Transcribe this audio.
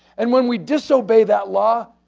and when we disobey that law,